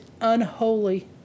unholy